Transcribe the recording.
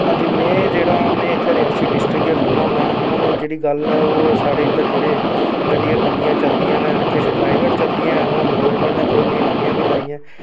हां जी में जेह्ड़ा में इत्थें रियासी डिस्ट्रिक्ट च गै रौह्न्ना होन्ना ते हून जेह्ड़ी गल्ल ऐ ओह् साढ़े जेह्ड़े गड्डियां चलदियां न किश प्राइवेट चलदियां न हून गौरमैंट ने थोह्ड़ियां नम्मियां बी लाइयां